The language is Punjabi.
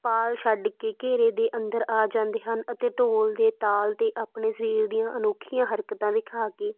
ਪਾਲ ਛੱਡ ਕੇ ਘੇਰੇ ਦੇ ਅੰਦਰ ਆ ਜਾਂਦੇ ਹਨ ਅਤੇ ਢੋਲ ਦੇ ਤਾਲ 'ਤੇ ਆਪਣੇ ਸਰੀਰ ਦੀਆਂ ਅਨੋਖੀਆਂ ਹਰਕਤਾਂ ਵਿਖਾ ਕੇ